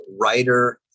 writer